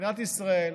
מדינת ישראל,